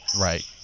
right